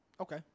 Okay